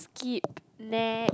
skip next